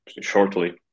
shortly